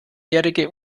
jährige